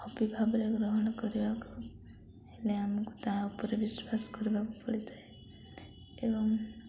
hobby ଭାବରେ ଗ୍ରହଣ କରିବାକୁ ହେଲେ ଆମକୁ ତା ଉପରେ ବିଶ୍ୱାସ କରିବାକୁ ପଡ଼ିଥାଏ ଏବଂ